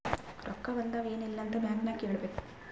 ರೊಕ್ಕಾ ಬಂದಾವ್ ಎನ್ ಇಲ್ಲ ಅಂತ ಬ್ಯಾಂಕ್ ನಾಗ್ ಕೇಳಬೇಕ್